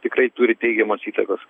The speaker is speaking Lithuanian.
tikrai turi teigiamos įtakos